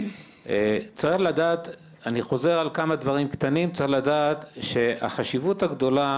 צריך לדעת - אני חוזר על כמה דברים קטנים - צריך לדעת שהחשיבות הגדולה,